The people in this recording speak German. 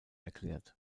erklärt